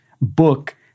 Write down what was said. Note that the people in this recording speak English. book